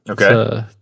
okay